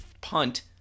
punt